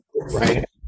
Right